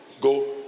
go